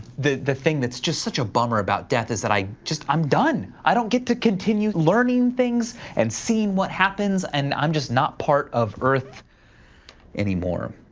the the thing that's just such a bummer about death is that i just i'm done. i don't get to continue learning things and seeing what happens, and i'm just not part of earth anymore.